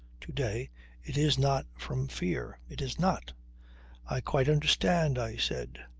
to-day, it is not from fear. it is not! i quite understand, i said.